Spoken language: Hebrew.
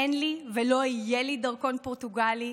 אין לי ולא יהיה לי דרכון פורטוגלי,